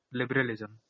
liberalism